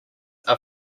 are